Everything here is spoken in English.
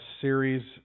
series